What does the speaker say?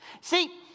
See